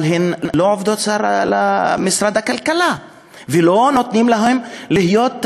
אבל הן לא עובדות משרד הכלכלה ולא נותנים להן להיות עצמאיות.